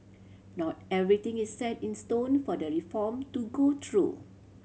not everything is set in stone for the reform to go through